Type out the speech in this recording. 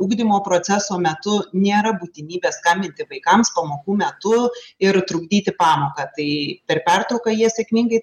ugdymo proceso metu nėra būtinybės skambinti vaikams pamokų metu ir trukdyti pamoką tai per pertrauką jie sėkmingai